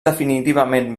definitivament